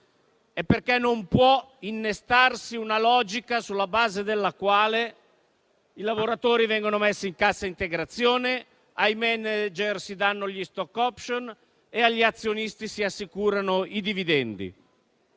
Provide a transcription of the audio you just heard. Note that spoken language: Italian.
e perché non può innescarsi una logica sulla base della quale i lavoratori vengono messi in cassa integrazione, ai *manager* si conferiscono le *stock option* e agli azionisti si assicurano i dividendi.